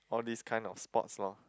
all these kind of sports lor